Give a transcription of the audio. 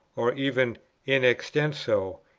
or even in extenso,